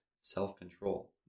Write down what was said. self-control